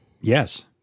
Yes